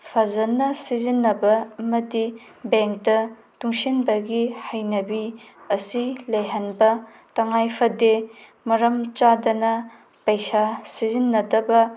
ꯐꯖꯟꯅ ꯁꯤꯖꯟꯅꯕ ꯑꯃꯗꯤ ꯕꯦꯡꯗ ꯇꯨꯡꯁꯤꯟꯕꯒꯤ ꯍꯩꯅꯕꯤ ꯑꯁꯤ ꯂꯩꯍꯟꯕ ꯇꯉꯥꯏ ꯐꯗꯦ ꯃꯔꯝ ꯆꯥꯗꯅ ꯄꯩꯁꯥ ꯁꯤꯖꯤꯟꯅꯗꯕ